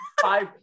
five